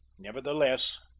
nevertheless,